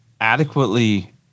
adequately